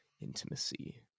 intimacy